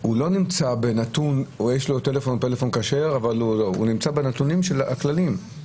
הוא לא נמצא בנתון שיש לו טלפון כשר או לא אלא נמצא בנתונים הכלליים.